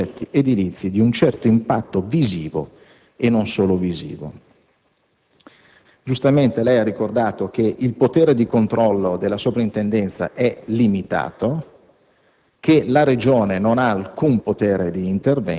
riconosciuto, legittimamente - a promuovere progetti edilizi di un certo impatto visivo e non solo visivo. Giustamente lei ha ricordato che il potere di controllo della Soprintendenza è limitato,